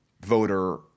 voter